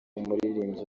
umuririmbyi